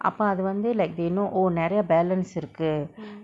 அப அதுவந்து:apa athuvanthu like they know oh நெரய:neraya balance இருக்கு:irukku